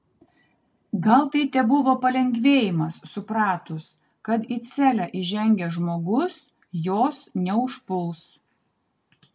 gal tai tebuvo palengvėjimas supratus kad į celę įžengęs žmogus jos neužpuls